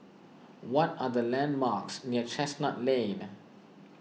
what are the landmarks near Chestnut Lane